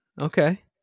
Okay